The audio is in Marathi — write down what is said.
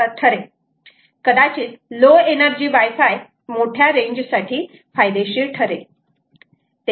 कदाचित लो एनर्जी वाय फाय थोड्या मोठ्या रेंज साठी फायदेशीर ठरेल